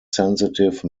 sensitive